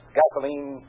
gasoline